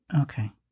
okay